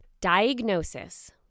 Diagnosis